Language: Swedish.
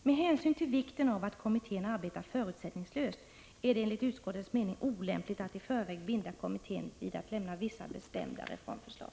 Med hänsyn till vikten av att kommittén arbetar förutsättningslöst är det enligt utskottets mening olämpligt att i förväg binda kommittén vid att lämna vissa bestämda reformförslag.”